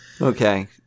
okay